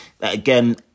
again